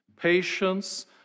patience